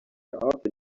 art